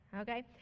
Okay